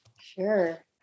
Sure